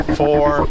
four